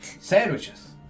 sandwiches